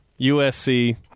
USC